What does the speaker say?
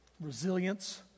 resilience